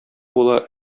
була